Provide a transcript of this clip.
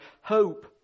hope